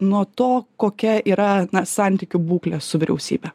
nuo to kokia yra na santykių būklė su vyriausybe